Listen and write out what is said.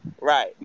Right